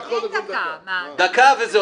דקה וזהו,